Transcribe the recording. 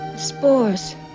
Spores